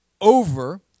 over